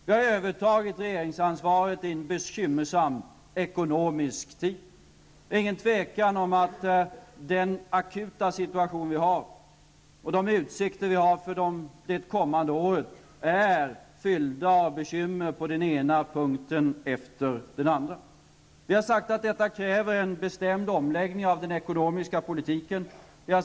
Vi övertog regeringsansvaret i en bekymmersam ekonomisk tid. Det är inget tvivel om att den akuta situation vi har och de utsikter vi har för det kommande året är bekymmersamma. Vi har sagt att detta kräver en bestämd omläggning av den ekonomiska politiken.